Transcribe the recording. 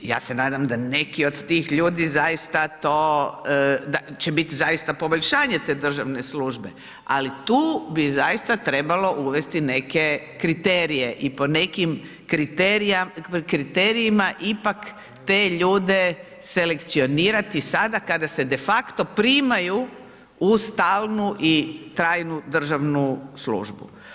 Ja se nadam da neki od tih ljudi, zaista to, će biti zaista poboljšanje te državne službe, ali tu bi zaista trebalo uvesti neke kriterije i po nekim kriterijima, ipak te ljude selekcionirati sada, kada se de facto, primaju u stalnu i trajnu državnu službu.